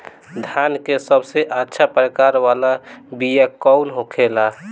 धान के सबसे अच्छा प्रकार वाला बीया कौन होखेला?